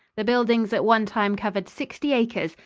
the buildings at one time covered sixty acres,